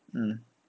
mm